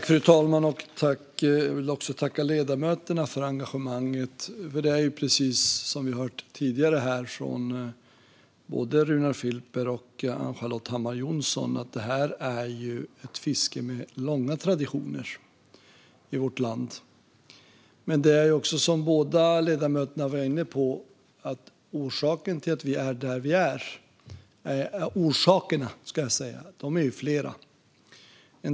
Fru talman! Jag vill tacka ledamöterna för engagemanget. Det här är ju, precis som vi har hört tidigare här från Runar Filper och Ann-Charlotte Hammar Johnsson, ett fiske med långa traditioner i vårt land. Men orsakerna till att vi är där vi är, som båda ledamöterna var inne på, är flera.